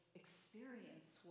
experience